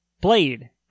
Blade